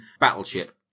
battleship